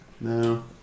No